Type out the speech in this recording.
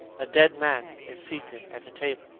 a dead man is seated at a table.